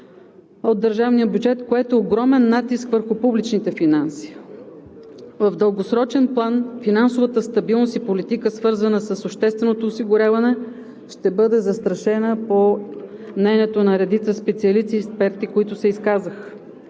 от държавния бюджет, което е огромен натиск върху публичните финанси. В дългосрочен план финансовата стабилност и политика, свързана с общественото осигуряване, ще бъде застрашена по мнението на редица специалисти и експерти, които се изказаха.